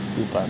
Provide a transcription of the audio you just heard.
死板